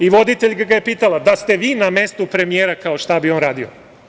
I voditeljka ga je pitala – da ste vi na mestu premijera, kao, šta bi on radio?